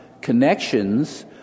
connections